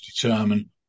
determine